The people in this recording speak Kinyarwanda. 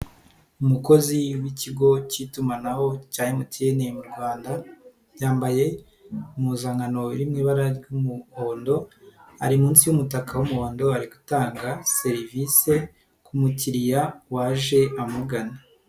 Umukozi w'ikigo k'itumanaho cya Emutiyene mu Rwanda, yambaye impuzankano iri mu ibara ry'umuhondo, ari munsi y'umutaka w'umuhondo, ari gutanga serivisi ku mukiriya waje amugana.